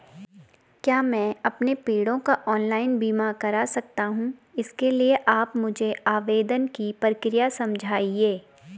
क्या मैं अपने पेड़ों का ऑनलाइन बीमा करा सकता हूँ इसके लिए आप मुझे आवेदन की प्रक्रिया समझाइए?